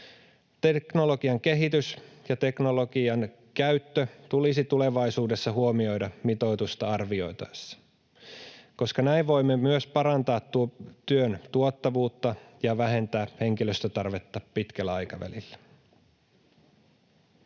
teknologian kehitys ja teknologian käyttö tulisi tulevaisuudessa huomioida mitoitusta arvioitaessa, koska näin voimme myös parantaa työn tuottavuutta ja vähentää henkilöstötarvetta pitkällä aikavälillä.